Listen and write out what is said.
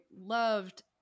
loved